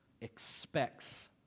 expects